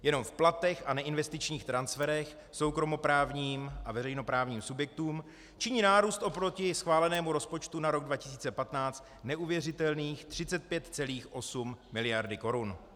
Jenom v platech a neinvestičních transferech soukromoprávním a veřejnoprávním subjektům činí nárůst oproti schválenému rozpočtu na rok 2015 neuvěřitelných 35,8 miliardy Kč.